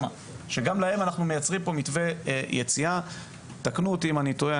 שגם להם אנחנו מייצרים מתווה יציאה -- תקנו אותי אם אני טועה,